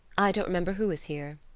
i don't remember who was here.